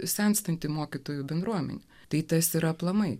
senstanti mokytojų bendruomenė tai tas ir aplamai